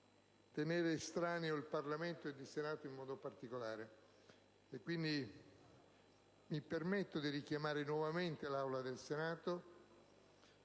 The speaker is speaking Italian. tenere estraneo il Parlamento, ed il Senato in modo particolare. Mi permetto di richiamare nuovamente l'Assemblea del Senato